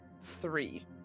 three